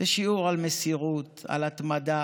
זה שיעור על מסירות, על התמדה,